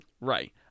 right